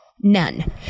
None